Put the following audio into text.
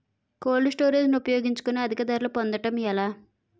Cold storage ని ఉపయోగించుకొని అధిక ధరలు పొందడం ఎలా?